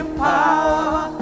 power